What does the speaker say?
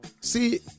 See